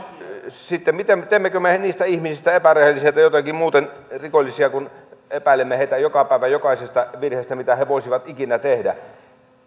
sitten teemmekö me niistä ihmisistä epärehellisiä tai jotenkin muuten rikollisia kun epäilemme heitä joka päivä jokaisesta virheestä mitä he he voisivat ikinä tehdä